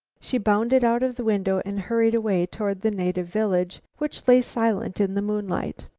she bounded out of the window and hurried away toward the native village, which lay silent in the moonlight.